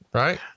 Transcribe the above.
right